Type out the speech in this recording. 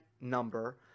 number